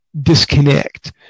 disconnect